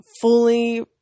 fully